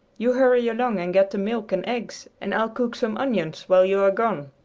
you hurry along and get the milk and eggs, and i'll cook some onions while you are gone.